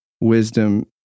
wisdom